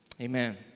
Amen